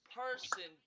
person